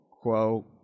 quo—